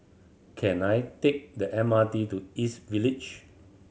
can I take the M R T to East Village